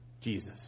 Jesus